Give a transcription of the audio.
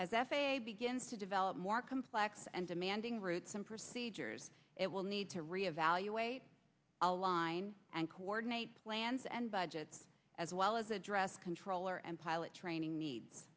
a begins to develop more complex and demanding routes and procedures it will need to re evaluate align and coordinate plans and budgets as well as address controller and pilot training needs